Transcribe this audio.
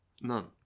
None